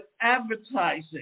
advertising